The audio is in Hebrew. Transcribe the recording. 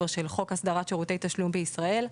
של חוק הסדרת שירותי תשלום בישראל.